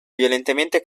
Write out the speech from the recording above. violentemente